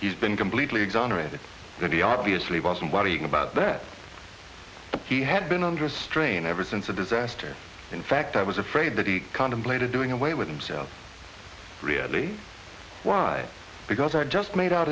been completely exonerated going to be obviously wasn't worrying about beth he had been under strain ever since the disaster in fact i was afraid that he contemplated doing away with himself really why because our just made out